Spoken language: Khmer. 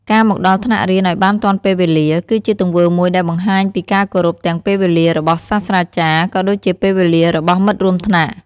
ការ មកដល់ថ្នាក់រៀនឱ្យបានទាន់ពេលវេលា គឺជាទង្វើមួយដែលបង្ហាញពីការគោរពទាំងពេលវេលារបស់សាស្រ្តាចារ្យ ក៏ដូចជាពេលវេលារបស់មិត្តរួមថ្នាក់។